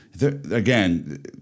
Again